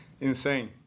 Insane